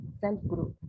self-growth